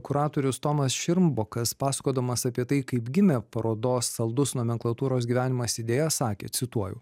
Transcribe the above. kuratorius tomas širmbokas pasakodamas apie tai kaip gimė parodos saldus nomenklatūros gyvenimas idėja sakė cituoju